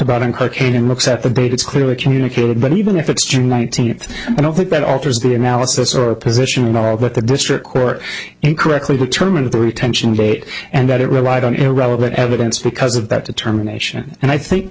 about in cocaine and looks at the bait is clearly communicated but even if it's june nineteenth i don't think that alters the analysis or position or of what the district court incorrectly determined the retention rate and that it relied on irrelevant evidence because of that determination and i think